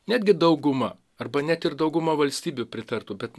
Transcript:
netgi dauguma arba net ir dauguma valstybių pritartų bet